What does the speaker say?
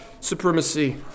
supremacy